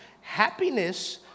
happiness